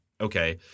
okay